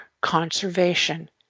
conservation